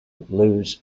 lives